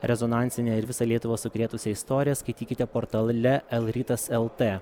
rezonansinę ir visą lietuvą sukrėtusią istoriją skaitykite portale lrytas lt